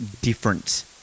different